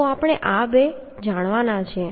તો આપણે આ બે જાણવાના છે